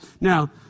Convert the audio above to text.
Now